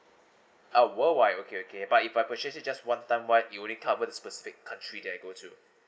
uh worldwide okay okay but if I purchase it just one time one it only cover the specific country that I go to